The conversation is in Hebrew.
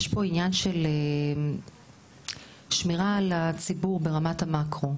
יש פה עניין של שמירה על הציבור ברמת המקרו,